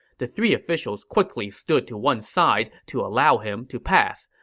the three officials quickly stood to one side to allow him to pass,